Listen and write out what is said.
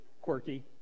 Quirky